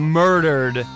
murdered